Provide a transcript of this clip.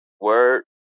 Word